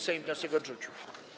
Sejm wniosek odrzucił.